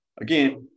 Again